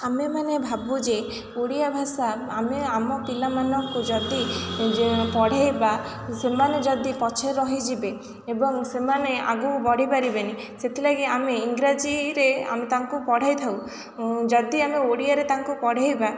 ଆମେମାନେ ଭାବୁ ଯେ ଓଡ଼ିଆ ଭାଷା ଆମେ ଆମ ପିଲାମାନଙ୍କୁ ଯଦି ପଢ଼େଇବା ସେମାନେ ଯଦି ପଛରେ ରହିଯିବେ ଏବଂ ସେମାନେ ଆଗକୁ ବଢ଼ିପାରିବେନି ସେଥିଲାଗି ଆମେ ଇଂରାଜୀରେ ଆମେ ତାଙ୍କୁ ପଢ଼ାଇଥାଉ ଯଦି ଆମେ ଓଡ଼ିଆରେ ତାଙ୍କୁ ପଢ଼େଇବା